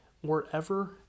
wherever